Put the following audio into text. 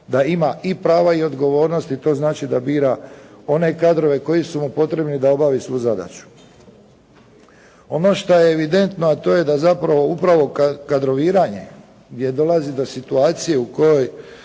Da ima i prava i odgovornosti, to znači da bira one kadrove koji su mu potrebni da obavi svu zadaću. Ono šta je evidentno a to je da zapravo upravo kadroviranje gdje dolazi do situacije u kojoj